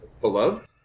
Beloved